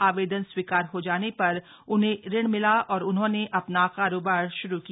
आवेदन स्वीकार हो जाने र उन्हे ऋण मिला और उन्होने अ ना कारोबार शुरू किया